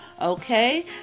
Okay